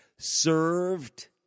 served